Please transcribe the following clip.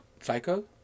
Psycho